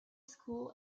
school